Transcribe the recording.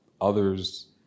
others